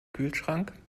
kühlschrank